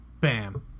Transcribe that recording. Bam